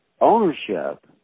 ownership